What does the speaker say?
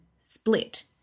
Split